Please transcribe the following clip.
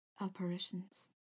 Apparitions